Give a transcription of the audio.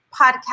podcast